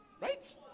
Right